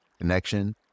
connection